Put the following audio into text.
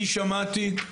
אני שמעתי.